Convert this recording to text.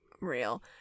Real